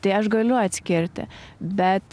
tai aš galiu atskirti bet